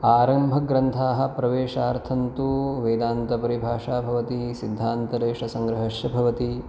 आरम्भग्रन्थाः प्रवेशार्थं तू वेदान्तपरिभाषा भवति सिद्धान्तलेशसङ्ग्रहश्च भवति